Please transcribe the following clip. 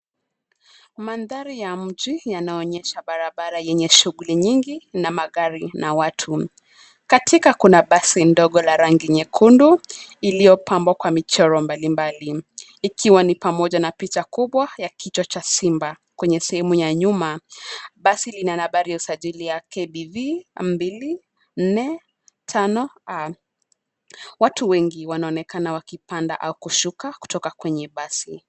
Mandhari ya mji yanaonyesha barabara yenye shuguli nyingi na magari na watu. Katika kuna basi ndogo la rangi nyekundu, iliyo pambwa kwa michoro mbalimbali. Ikiwa ni pamoja na picha kubwa ya kichwa cha simba kwenye sehemu ya nyuma, basi lina nambari ya usajili ya KBV 245A . Watu wengi wanonekana wakipanda au kushuka kutoka kwenye basi.